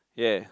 ya